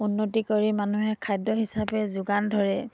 উন্নতি কৰি মানুহে খাদ্য হিচাপে যোগান ধৰে